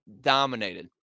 dominated